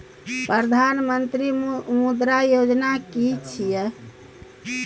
प्रधानमंत्री मुद्रा योजना कि छिए?